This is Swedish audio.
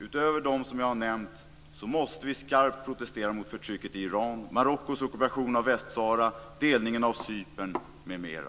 Utöver dem som jag har nämnt måste vi skarpt protestera mot förtrycket i Iran, Marockos ockupation av Västsahara, delningen av Cypern m.m.